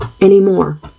anymore